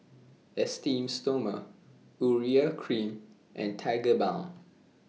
Esteem Stoma Urea Cream and Tigerbalm